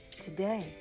Today